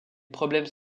problèmes